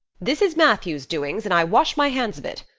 this is matthew's doings and i wash my hands of it.